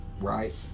right